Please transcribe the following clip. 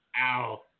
Ow